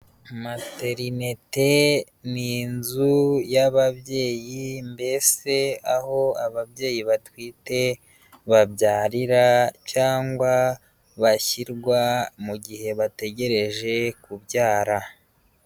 Materinete ni inzu y'ababyeyi, mbese aho ababyeyi batwite babyarira cyangwa bashyirwa mu gihe bategereje kubyara.